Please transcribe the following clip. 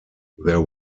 there